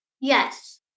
Yes